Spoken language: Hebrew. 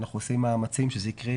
אנחנו עושים מאמצים שזה יקרה,